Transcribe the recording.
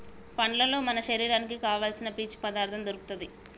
పండ్లల్లో మన శరీరానికి కావాల్సిన పీచు పదార్ధం దొరుకుతది